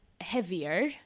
heavier